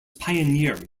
pioneering